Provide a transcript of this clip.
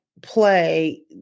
play